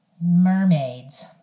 Mermaids